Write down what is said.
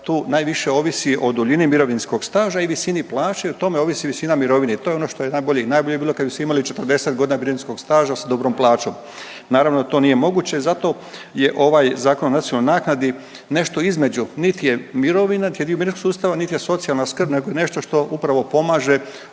tu najviše ovisi o duljini mirovinskog staža i visini plaće i o tome ovisi visina mirovine i to je ono što je najbolje i najbolje bi bilo kad bi svi imali 40 godina mirovinskog staža s dobrom plaćom. Naravno da to nije moguće i zato je ovaj Zakon o nacionalnoj naknadi nešto između, nit je mirovina, nit je dio mirovinskog sustava, nit je socijalna skrb nego nešto što upravo pomaže